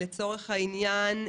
לצורך העניין,